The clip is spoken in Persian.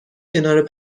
کنار